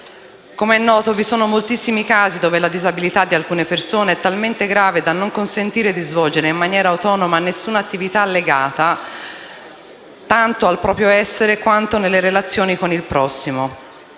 Come noto, vi sono moltissimi casi dove la disabilità di alcune persone è talmente grave da non consentire di svolgere in maniera autonoma nessuna attività legata tanto al proprio essere quanto alle relazioni con il prossimo.